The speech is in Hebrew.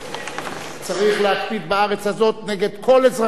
צריך להקפיד בארץ הזאת נגד כל אזרחי ישראל,